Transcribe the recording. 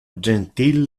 gentil